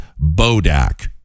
bodak